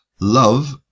Love